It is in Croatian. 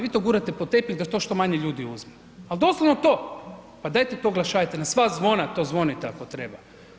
Vi to gurate pod tepih da to što manje ljudi uzme ali doslovno to, pa dajte to oglašavajte, na sva zvona to zvonite ako treba.